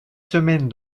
semaine